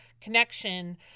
connection